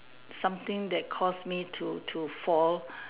something that cause me to to fall